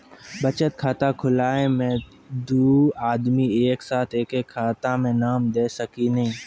बचत खाता खुलाए मे दू आदमी एक साथ एके खाता मे नाम दे सकी नी?